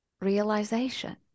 realization